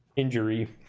injury